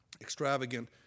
extravagant